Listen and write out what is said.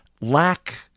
lack